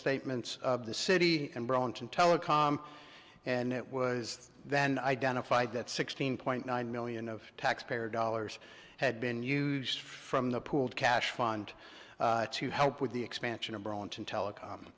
statements of the city and burlington telecom and it was then identified that sixteen point nine million of taxpayer dollars had been used from the pooled cash fund to help with the expansion of brawn telecom